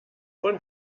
von